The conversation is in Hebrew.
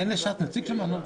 לש"ס אין שם נציג?